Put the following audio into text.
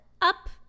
up